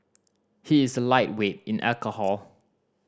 he is a lightweight in alcohol